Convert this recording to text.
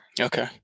Okay